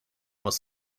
was